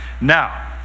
Now